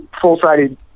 full-sided